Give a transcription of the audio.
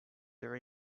were